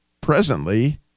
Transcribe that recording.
presently